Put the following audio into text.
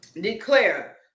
declare